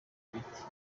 ibiti